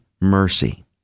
mercy